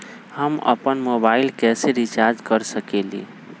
हम अपन मोबाइल कैसे रिचार्ज कर सकेली?